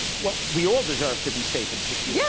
well, we all deserve to be safe and secure, yeah